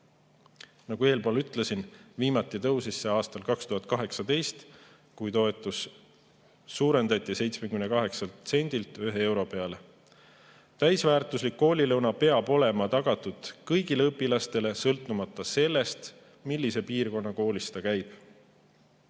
Nagu enne ütlesin, viimati tõusis see aastal 2018, kui toetust suurendati 78 sendilt 1 euro peale. Täisväärtuslik koolilõuna peab olema tagatud kõigile õpilastele, sõltumata sellest, millise piirkonna koolis käiakse.